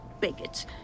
bigots